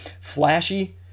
flashy